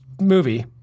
movie